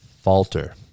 falter